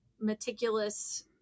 meticulous